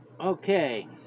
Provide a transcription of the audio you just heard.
Okay